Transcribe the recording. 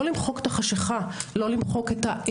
לא למחוק את החשכה,